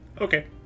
Okay